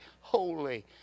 holy